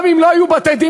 גם אם לא היו בתי-דין,